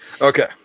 Okay